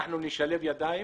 אנחנו נשלב ידיים